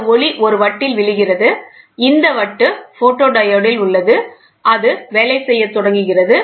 இந்த ஒளி ஒரு வட்டில் விழுகிறது இந்த வட்டு போட்டோடியோடில் உள்ளது அது வேலை செய்யத் தொடங்குகிறது